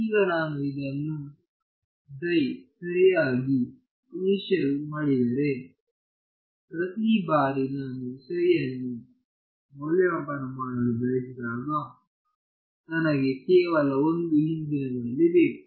ಈಗ ನಾನು ಇದನ್ನು ಸರಿಯಾಗಿ ಇನಿಷಿಯಲ್ ಮಾಡಿದರೆ ಪ್ರತಿ ಬಾರಿ ನಾನು psi ಅನ್ನು ಮೌಲ್ಯಮಾಪನ ಮಾಡಲು ಬಯಸಿದಾಗ ನನಗೆ ಕೇವಲ ಒಂದು ಹಿಂದಿನ ವ್ಯಾಲ್ಯೂ ಬೇಕು